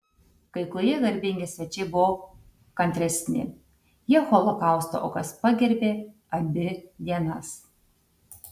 kai kurie garbingi svečiai buvo kantresni jie holokausto aukas pagerbė abi dienas